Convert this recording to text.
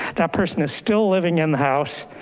that person is still living in the house,